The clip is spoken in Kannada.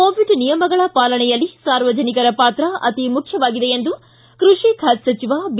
ಕೋವಿಡ್ ನಿಯಮಗಳ ಪಾಲನೆಯಲ್ಲಿ ಸಾರ್ವಜನಿಕರ ಪಾತ್ರ ಅತೀ ಮುಖ್ಯವಾಗಿದೆ ಎಂದು ಕೃಷಿ ಖಾತೆ ಸಚಿವ ಬಿ